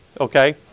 Okay